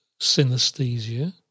synesthesia